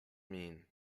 mean